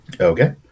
Okay